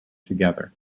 together